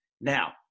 Now